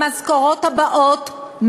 במשכורות הבאות,